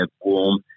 warm